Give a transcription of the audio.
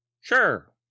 sure